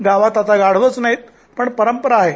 गावात आता गाढवंच नाहीत पण परंपरा आहे